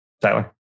Tyler